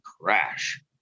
crash